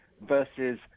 versus